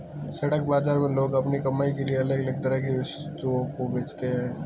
सड़क बाजार में लोग अपनी कमाई के लिए अलग अलग तरह की वस्तुओं को बेचते है